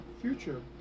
future